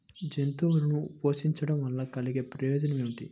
జంతువులను పోషించడం వల్ల కలిగే ప్రయోజనం ఏమిటీ?